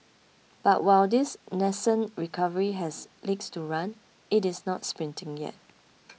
but while this nascent recovery has legs to run it is not sprinting yet